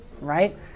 right